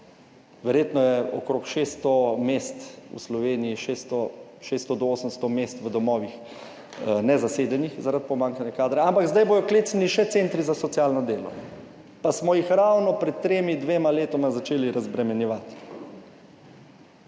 Verjetno je okrog 600 mest v Sloveniji, 600, 600 do 800 mest v domovih nezasedenih zaradi pomanjkanja kadra, ampak zdaj bodo klecnili še centri za socialno delo, pa smo jih ravno pred tremi, dvema letoma začeli razbremenjevati.